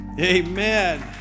Amen